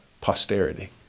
posterity